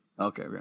Okay